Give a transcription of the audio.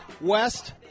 West